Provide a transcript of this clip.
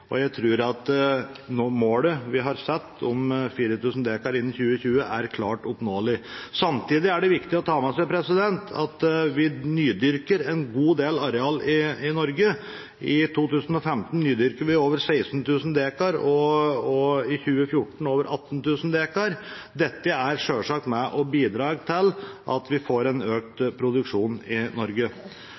og jeg tror at målet vi har satt om 4 000 dekar innen 2020, er klart oppnåelig. Samtidig er det viktig å ta med seg at vi nydyrker en god del areal i Norge. I 2015 nydyrket vi over 16 000 dekar, og i 2014 over 18 000 dekar. Dette er selvsagt med og bidrar til at vi får en økt produksjon i Norge.